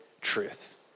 truth